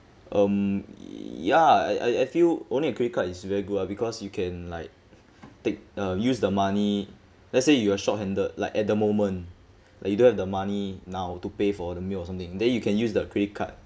um ya I I feel owning a credit card is very good ah because you can like take uh use the money let's say you are short handed like at the moment like you don't have the money now to pay for the milk or something then you can use the credit card